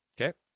Okay